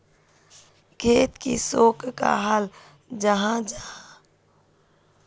खेत किसोक कहाल जाहा जाहा?